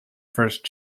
first